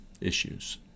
issues